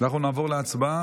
אנחנו נעבור להצבעה.